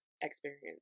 experience